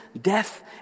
death